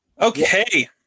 okay